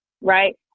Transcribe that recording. right